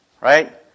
right